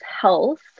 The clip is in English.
health